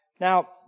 Now